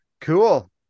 cool